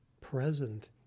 present